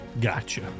Gotcha